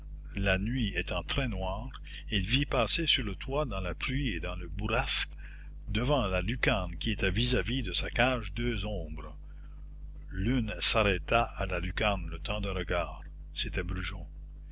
la nuit étant très noire il vit passer sur le toit dans la pluie et dans la bourrasque devant la lucarne qui était vis-à-vis de sa cage deux ombres l'une s'arrêta à la lucarne le temps d'un regard c'était brujon